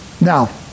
Now